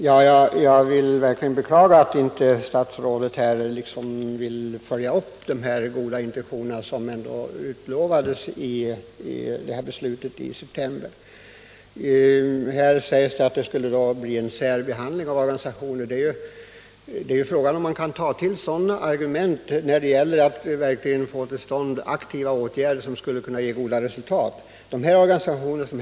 Herr talman! Jag beklagar verkligen att statsrådet inte. vill ta fasta på de goda intentioner som kännetecknade det beslut som fattades av trepartiregeringen i september. Arbetsmarknadsministern säger att det skulle bli en särbehandling av organisationerna, men frågan är om man kan anföra sådana argument när det gäller att få till stånd aktiviteter som kan ge goda arbeten åt arbetslös ungdom.